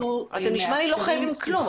נשמע לי שאתם לא חייבים כלום.